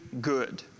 good